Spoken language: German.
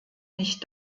nicht